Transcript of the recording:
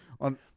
on